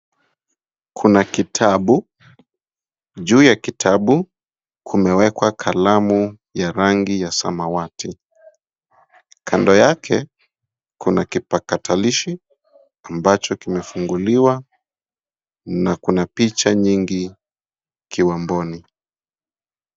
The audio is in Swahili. Kuna kitabu, juu ya kitabu kumewekwa kalamu ya rangi ya samawati, kando yake kuna kipakatalishi ambacho kimefunguliwa na kuna picha nyingi kiwamboni.